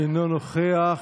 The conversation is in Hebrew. אינו נוכח.